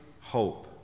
hope